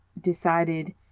decided